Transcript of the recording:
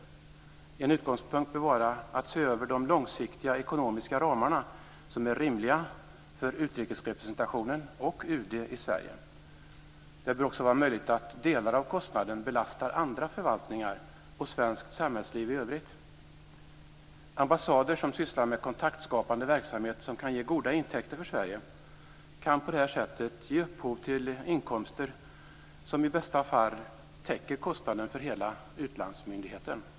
En utgångspunkt bör vara att se över de långsiktiga ekonomiska ramar som är rimliga för utrikesrepresentationen och UD i Sverige. Det bör också vara möjligt att delar av kostnaden belastar andra förvaltningar och svenskt samhällsliv i övrigt. Ambassader som sysslar med kontaktskapande verksamhet, som kan ge goda intäkter för Sverige, kan på det här sättet ge upphov till inkomster som i bästa fall täcker kostnaden för hela utlandsmyndigheten.